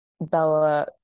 Bella